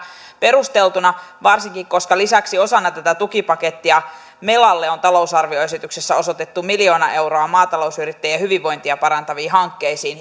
perusteltuna varsinkin koska lisäksi osana tätä tukipakettia melalle on talousarvioesityksessä osoitettu miljoona euroa maatalousyrittäjien hyvinvointia parantaviin hankkeisiin